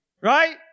Right